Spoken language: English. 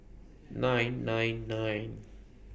nine nine nine